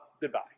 goodbye